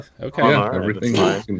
Okay